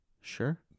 sure